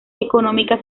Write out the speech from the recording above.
económica